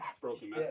broken